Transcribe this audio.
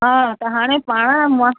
हा त हाणे पाण म